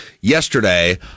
yesterday